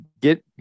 get